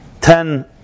Ten